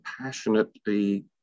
passionately